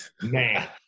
Man